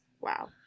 Wow